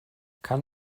kann